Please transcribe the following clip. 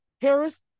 Harris